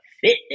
fitness